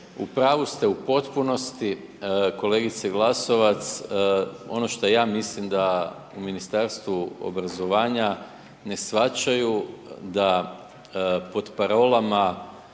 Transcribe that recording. u pravi ste u potpunosti, kolegice Glasovac, ono što ja mislim da u Ministarstvu obrazovanja ne shvaćaju da pod parolama